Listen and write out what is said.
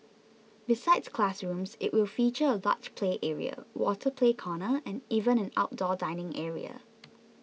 besides classrooms it will feature a large play area water play corner and even an outdoor dining area